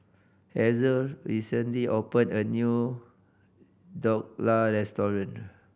Hazel recently opened a new Dhokla Restaurant